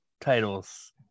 titles